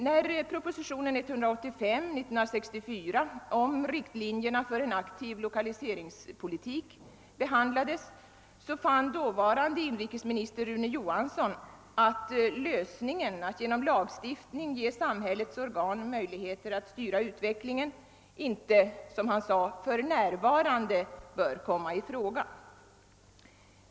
När proposition 185 år 1964 om riktlinjerna för en aktiv lokaliseringspolitik behandlades, fann dåvarande inrikesminister Rune Johansson att lösningen att genom lagstiftning ge samhällets organ möjligheter att styra utvecklingen, inte, som han sade, »för närvarande bör komma i fråga».